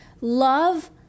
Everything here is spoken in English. love